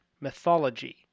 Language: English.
mythology